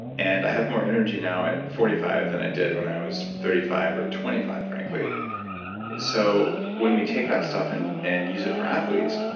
and i have more energy now at forty five than i did when i was thirty five or twenty five frankly yeah so when we take that stuff and and use it for athletes,